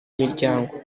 miryango